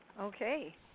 Okay